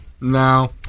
No